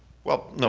well,